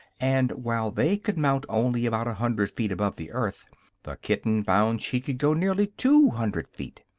and while they could mount only about a hundred feet above the earth the kitten found she could go nearly two hundred feet.